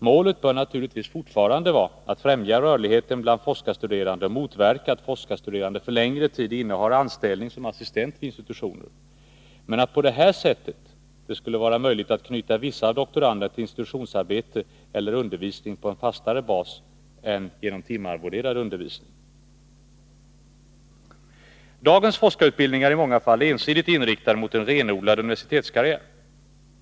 Målet bör naturligtvis fortfarande vara att främja rörligheten hos de forskarstuderande och motverka att forskarstuderande för längre tid innehar anställning som assistent vid institutioner men att det på det här sättet skall vara möjligt att knyta vissa av doktoranderna till institutionsarbete eller undervisning på en fastare bas än genom timarvoderad undervisning. Dagens forskarutbildning är i många fall ensidigt inriktad mot en renodlad universitetskarriär.